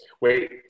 Wait